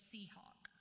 Seahawk